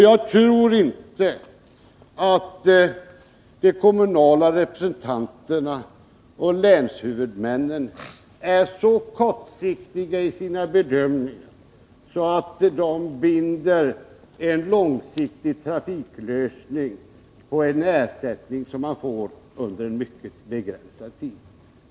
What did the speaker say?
Jagtror inte att de kommunala representanterna och länshuvudmännen är så kortsiktiga i sina bedömningar att de binder en långsiktig trafiklösning vid en ersättning som de får under mycket begränsad tid.